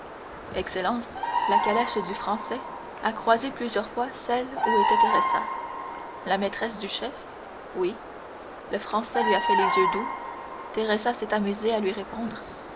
excellence la calèche du français a croisé plusieurs fois celle où était teresa la maîtresse du chef oui le français lui a fait les yeux doux teresa s'est amusée à lui répondre